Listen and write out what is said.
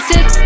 Six